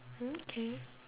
mm K